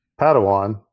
Padawan